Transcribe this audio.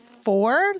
four